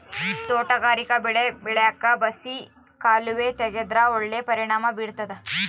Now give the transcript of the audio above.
ತೋಟಗಾರಿಕಾ ಬೆಳೆ ಬೆಳ್ಯಾಕ್ ಬಸಿ ಕಾಲುವೆ ತೆಗೆದ್ರ ಒಳ್ಳೆ ಪರಿಣಾಮ ಬೀರ್ತಾದ